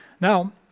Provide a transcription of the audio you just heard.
Now